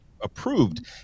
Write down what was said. approved